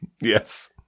Yes